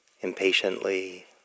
impatiently